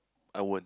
I won't